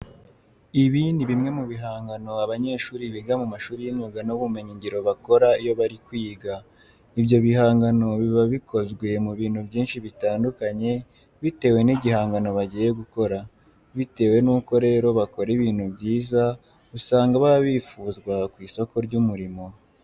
Ibi ni bimwe mu bihangano abanyeshuri biga mu mashuri y'imyuga n'ubumenyingiro bakora iyo bari kwiga. Ibyo bihangano biba bikozwe mu bintu byinshi bitandukanye bitewe n'igihangano bagiye gukora. Bitewe nuko rero bakora ibintu byiza usanga baba bifuzwa ku isoko ry'umurimo.